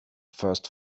first